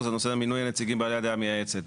זה נושא מינוי הנציגים בעלי הדעה המייעצת.